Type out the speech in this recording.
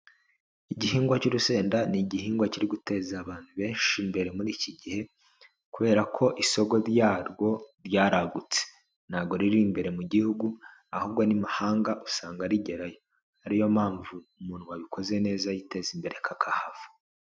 Igihingwa cy'urusenda ni igihingwa kiri guteza abantu benshi imbere muri iki gihe kubera ko isoko ryarwo ryaragutse, ntago riri imbere mu gihugu, ahubwo n'imahanga usanga rigerayo, ari yo mpamvu umuntu wabikoze neza yiteza imbere kakahava.